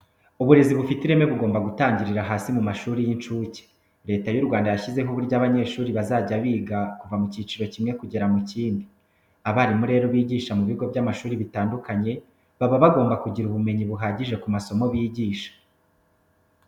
Uburezi bufite ireme bugomba gutangirira hasi mu mashuri y'incuke. Leta y'u Rwanda yashyizeho uburyo abanyeshuri bazajya biga kuva mu cyiciro kimwe kugera mu kindi. Abarimu rero bigisha mu bigo by'amashuri bitandukanye baba bagomba kugira ubumenyi buhagije ku masomo bigisha.